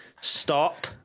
Stop